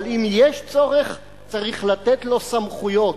אבל אם יש צורך, צריך לתת לו סמכויות,